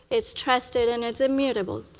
it's trusted, and it's immutable.